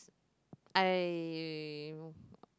I